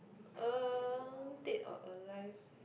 um dead or alive